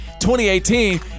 2018